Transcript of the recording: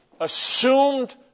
assumed